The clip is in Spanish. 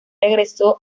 regresó